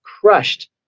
crushed